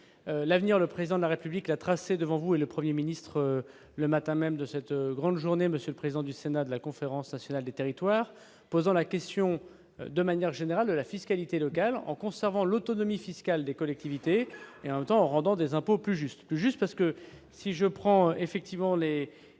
l'avenir, le président de la République a tracé devant vous et le 1er ministre le matin même de cette grande journée, monsieur le président du Sénat de la conférence nationale des territoires, posant la question de manière générale, de la fiscalité locale en conservant l'autonomie fiscale des collectivités et entend rendant des impôts plus justes, juste parce que si je prends effectivement les,